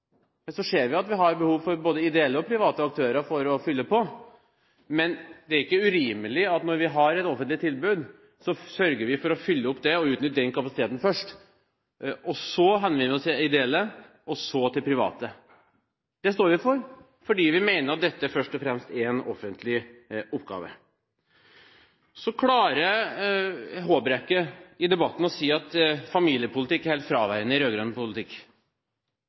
så henvender vi oss til ideelle og så til private. Det står vi for, fordi vi mener dette først og fremst er en offentlig oppgave. Håbrekke klarte å si i debatten at familiepolitikk er helt fraværende i rød-grønn politikk.